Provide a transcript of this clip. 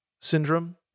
syndrome